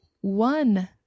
one